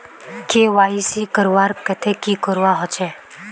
KYC करवार केते की करवा होचए?